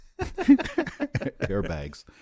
Airbags